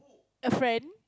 a friend